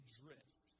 drift